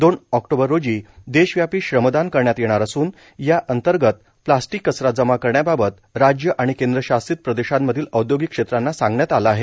दोन ऑक्टोबर रोजी देशव्यापी श्रमदान करण्यात येणार असून या अंतर्गत प्लास्टिक कचरा जमा करण्याबाबत राज्य आणि केंद्रशासित प्रदेशांमधील औद्योगिक क्षेत्रांना सांगण्यात आलं आहे